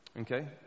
Okay